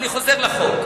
אני חוזר לחוק,